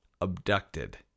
abducted